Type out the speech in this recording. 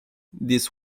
this